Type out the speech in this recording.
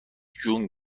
جون